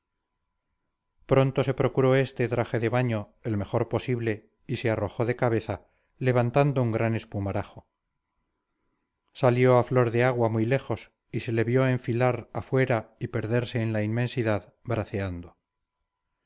pronto se procuró éste traje de baño el mejor posible y se arrojó de cabeza levantando un gran espumarajo salió a flor de agua muy lejos y se le vio enfilar afuera y perderse en la inmensidad braceando